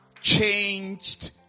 changed